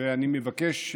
אני מבקש,